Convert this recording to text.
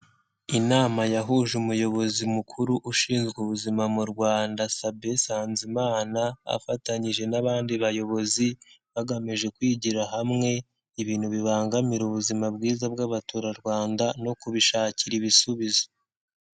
Inama yahuje umuyobozi mukuru ushinzwe ubuzima mu Rwanda Sabin Nsanzimana afatanyije n'abandi bayobozi, bagamije kwigira hamwe ibintu bibangamira ubuzima bwiza bw'Abaturarwanda no kubishakira ibisubizo.